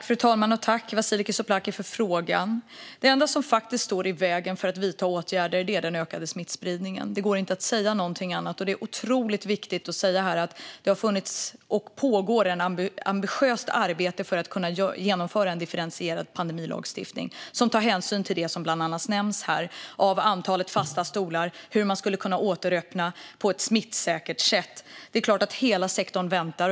Fru talman! Jag tackar Vasiliki Tsouplaki för frågan. Det enda som faktiskt står i vägen för att vidta åtgärder är den ökade smittspridningen. Det går inte att säga någonting annat. Det är otroligt viktigt att här säga att det pågår ett ambitiöst arbete för att kunna genomföra en differentierad pandemilagstiftning som tar hänsyn till bland annat det som nämns här när det gäller antalet fasta stolar och hur man skulle kunna återöppna på ett smittsäkert sätt. Det är klart att hela sektorn väntar.